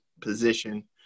position